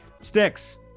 Sticks